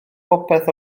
popeth